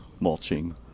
Mulching